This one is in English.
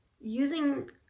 using